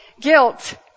guilt